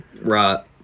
Right